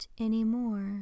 anymore